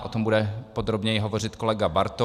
O tom bude podrobněji hovořit kolega Bartoň.